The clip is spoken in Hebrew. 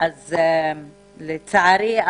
לצערי,